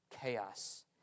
chaos